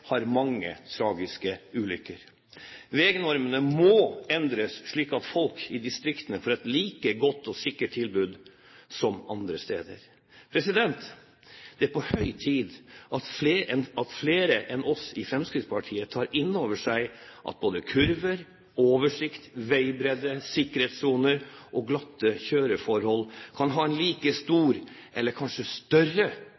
har mange tragiske ulykker. Veinormene må endres slik at folk i distriktene får et like godt og sikkert tilbud som andre steder. Det er på høy tid at flere enn oss i Fremskrittspartiet tar inn over seg at både kurver, oversikt, veibredde, sikkerhetssoner og glatte kjøreforhold kan være en like